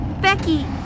Becky